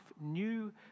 new